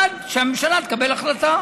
עד שהממשלה תקבל החלטה,